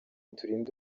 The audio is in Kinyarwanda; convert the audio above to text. turinde